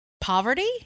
poverty